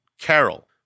Carol